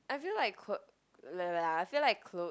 I feel like I feel like clothes work better tho